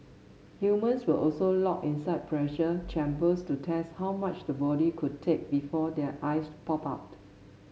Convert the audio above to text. humans were also locked inside pressure chambers to test how much the body could take before their eyes popped out